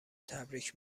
تبریک